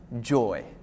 joy